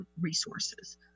resources